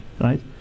right